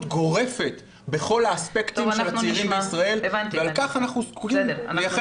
גורפת בכל האספקטים של הצעירים בישראל ועל כך אנחנו צריכים לשים זרקור.